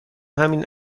همین